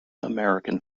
american